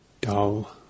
Dull